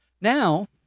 Now